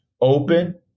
open